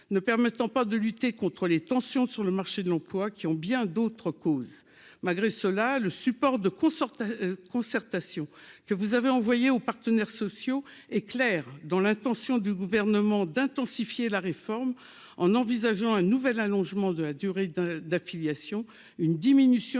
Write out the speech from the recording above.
ne permettant pas de lutter contres les tensions sur le marché de l'emploi qui ont bien d'autres causes, malgré cela, le support de concertation que vous avez envoyé aux partenaires sociaux et clair dans l'intention du gouvernement d'intensifier la réforme en envisageant un nouvel allongement de la durée d'affiliation, une diminution